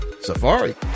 Safari